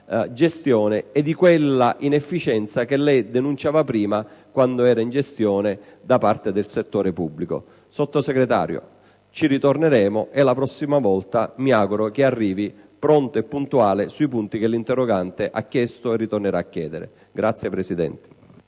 gestione e quella inefficienza che lei denunciava prima quando era in gestione da parte del settore pubblico. Signor Sottosegretario, ci ritorneremo,e la prossima volta mi auguro che arrivi pronto e puntuale sui punti che l'interrogante ha chiesto, e ritornerà a chiedere.